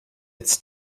its